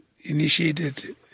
initiated